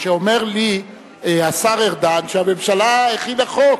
שאומר לי השר ארדן שהממשלה הכינה חוק.